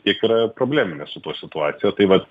tikrą ir probleminę su tuo situacija tai vat